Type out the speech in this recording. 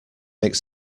make